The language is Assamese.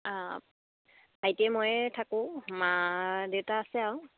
অঁ ভাইটিয়ে ময়ে থাকোঁ মা দেউতা আছে আৰু